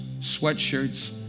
sweatshirts